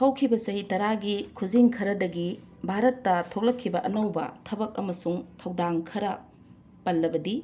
ꯍꯧꯈꯤꯕ ꯆꯍꯤ ꯇꯔꯥꯒꯤ ꯈꯨꯖꯤꯡ ꯈꯔꯗꯒꯤ ꯚꯥꯔꯠꯇ ꯊꯣꯛꯂꯛꯈꯤꯕ ꯑꯅꯧꯕ ꯊꯕꯛ ꯑꯃꯁꯨꯡ ꯊꯧꯗꯥꯡ ꯈꯔ ꯄꯜꯂꯕꯗ